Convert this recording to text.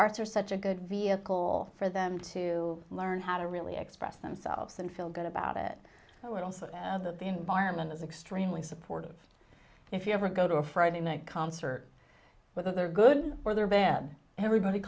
arts are such a good vehicle for them to learn how to really express themselves and feel good about it but also of that the environment is extremely supportive if you ever go to a friday night concert whether they're good or they're bad everybody